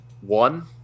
one